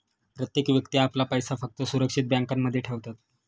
प्रत्येक व्यक्ती आपला पैसा फक्त सुरक्षित बँकांमध्ये ठेवतात